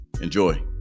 enjoy